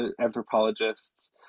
anthropologists